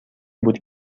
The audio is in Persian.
بود